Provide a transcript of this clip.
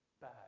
bad